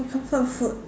comfort food